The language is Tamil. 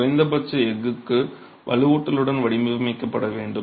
குறைந்தபட்ச எஃகு வலுவூட்டலுடன் வடிவமைக்கப்பட வேண்டும்